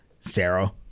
sarah